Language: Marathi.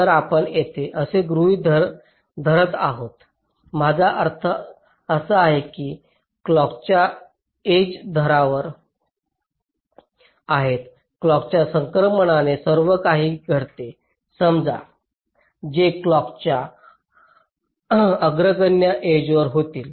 तर आपण येथे असे गृहीत धरत आहोत माझा अर्थ असा आहे की क्लॉकाच्या एजा धारदार आहेत क्लॉकाच्या संक्रमणाने सर्व काही घडते समजा ते क्लॉकाच्या अग्रगण्य एजावर होतील